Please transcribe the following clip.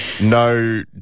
No